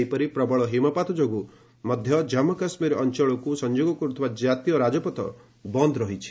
ସେହିପରି ପ୍ରବଳ ହୀମପାତ ଯୋଗୁଁ ମଧ୍ୟ କାଶ୍ମୁ ଅଞ୍ଚଳକୁ ସଂଯୋଗ କରୁଥିବା ଜାତୀୟ ରାଜପଥ ବନ୍ଦ ରହିଛି